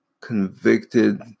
convicted